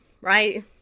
right